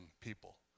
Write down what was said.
people